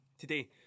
today